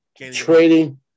Trading